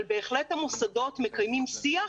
אבל בהחלט המוסדות מקיימים שיח.